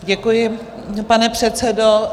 Děkuji, pane předsedo.